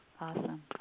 Awesome